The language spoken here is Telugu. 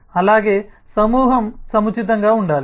అలాగే సమూహం సముచితంగా ఉండాలి